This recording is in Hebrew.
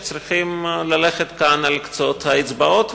וצריכים ללכת כאן על קצות האצבעות,